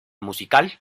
musical